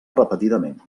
repetidament